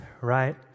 Right